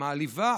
בצורה מעליבה,